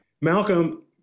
Malcolm